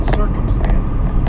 circumstances